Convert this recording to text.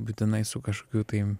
būtinai su kažkokiu tai